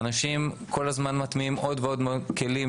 אנשים כל הזמן מטמיעים עוד ועוד כלים